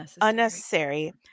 unnecessary